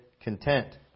content